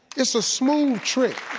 it's a smooth trick.